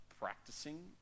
practicing